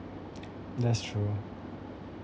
that's true